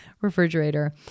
refrigerator